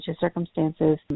circumstances